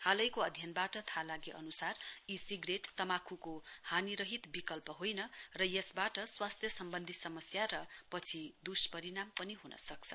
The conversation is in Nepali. हालैको अध्ययनबाट थाहा लागे अनुसार ई सिग्रेट तुमाखुको हानीरहित विकल्प होइन र यसबाट स्वास्थ्य सम्बन्धी समस्या र पछि दुष्परिणाम पनि हुन सक्छ